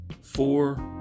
four